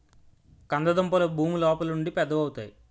కంద దుంపలు భూమి లోపలుండి పెద్దవవుతాయి